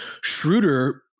Schroeder